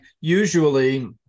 usually